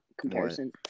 comparison